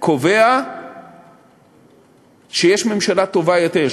קובע שיש ממשלה טובה יותר,